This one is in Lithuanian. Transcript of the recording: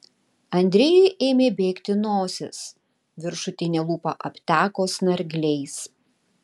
andrejui ėmė bėgti nosis viršutinė lūpa apteko snargliais